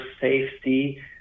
safety